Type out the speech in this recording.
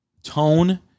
Tone